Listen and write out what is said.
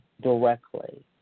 directly